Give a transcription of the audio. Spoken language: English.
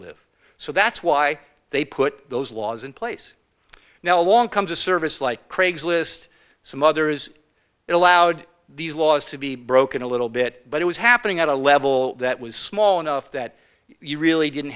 live so that's why they put those laws in place now along comes a service like craigslist some others it allowed these laws to be broken a little bit but it was happening at a level that was small enough that you really didn't